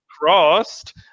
crossed